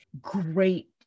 great